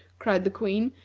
cried the queen.